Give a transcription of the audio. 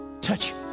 Touch